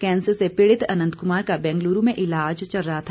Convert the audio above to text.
cancer से पीड़ित अनंत कुमार का बेंगलूरू में इलाज चल रहा था